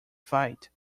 fight